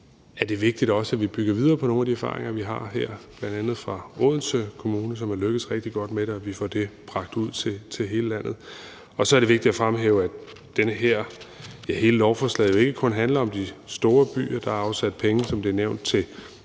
at det er vigtigt, at vi også bygger videre på nogle af de erfaringer, vi har her, bl.a. fra Odense Kommune, som er lykkedes rigtig godt med det, og at vi får det bragt ud til hele landet. Kl. 20:35 Så er det også vigtigt at fremhæve, at hele lovforslaget jo ikke kun handler om de store byer. Der er afsat penge, som det er nævnt, til småøerne